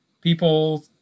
people